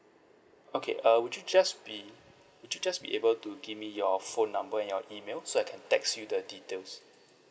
okay uh would you just be would you just be able to give me your phone number and your email so I can text you the details